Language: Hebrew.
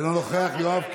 אינו נוכח, יואב קיש?